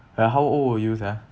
like how old were you uh